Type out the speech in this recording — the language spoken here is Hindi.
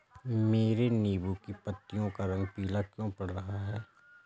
मेरे नींबू की पत्तियों का रंग पीला क्यो पड़ रहा है?